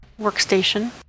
workstation